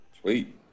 sweet